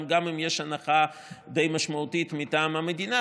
גם אם יש הנחה די משמעותית מטעם המדינה,